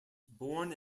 born